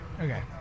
Okay